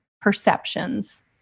perceptions